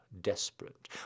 desperate